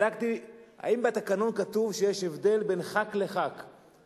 בדקתי אם בתקנון כתוב שיש הבדל בין חבר כנסת לחבר כנסת,